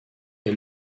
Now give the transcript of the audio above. est